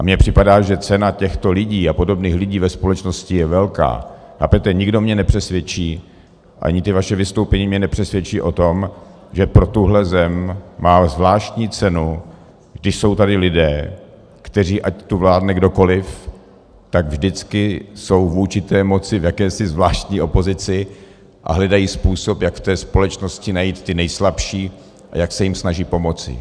A připadá mi, že cena těchto lidí a podobných lidí ve společnosti je velká, a nikdo mě nepřesvědčí, ani ta vaše vystoupení mě nepřesvědčí o tom, že pro tuhle zem nemá zvláštní cenu, když jsou tady lidé, kteří, ať tu vládne kdokoliv, jsou vždycky vůči té moci v jakési zvláštní opozici a hledají způsob, jak v té společnosti najít ty nejslabší a jak se jim snažit pomoci.